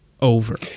over